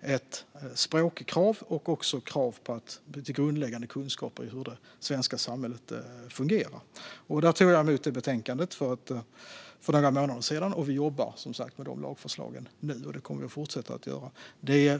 ett språkkrav och krav på grundläggande kunskaper om hur det svenska samhället fungerar. Jag fick utredningens betänkande för några månader sedan. Vi jobbar nu med dessa lagförslag, och det kommer vi att fortsätta med.